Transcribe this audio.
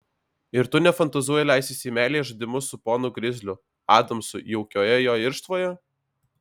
ir tu nefantazuoji leistis į meilės žaidimus su ponu grizliu adamsu jaukioje jo irštvoje